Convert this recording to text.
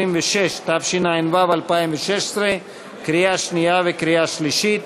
126), התשע"ו 2016, קריאה שנייה וקריאה שלישית.